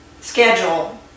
schedule